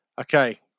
Okay